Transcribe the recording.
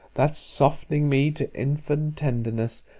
that, soft'ning me to infant tenderness,